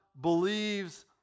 believes